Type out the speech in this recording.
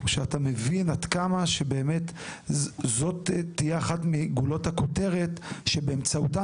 שאתה מבין עד כמה שבאמת זאת תהיה אחת מגולות הכותרת שבאמצעותה